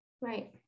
Right